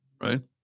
right